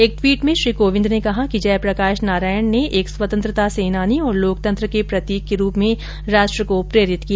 एक ट्वीट में श्री कोविंद ने कहा कि जय प्रकाश नारायण ने एक स्वतंत्रता सेनानी और लोकतंत्र के प्रतीक के रूप में राष्ट्र को प्रेरित किया